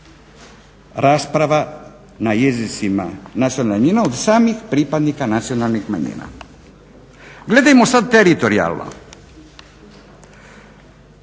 rasprava na jezicima nacionalnih manjina od samih pripadnika nacionalnih manjina. Gledajmo sad teritorijalno,